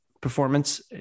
performance